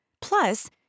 Plus